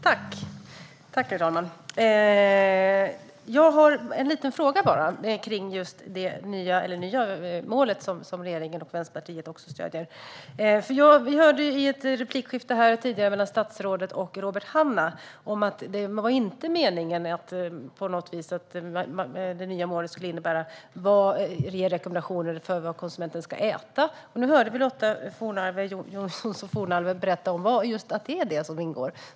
Herr talman! Jag har bara en liten fråga kring det nya målet, som regeringen och Vänsterpartiet stöder. Vi hörde i ett replikskifte tidigare mellan statsrådet och Robert Hannah att det inte på något vis var meningen att det nya målet skulle innebära att man ger rekommendationer om vad konsumenten ska äta. Nu hörde vi Lotta Johnsson Fornarve berätta att det är just det som ingår.